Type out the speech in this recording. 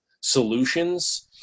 solutions